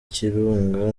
kirunga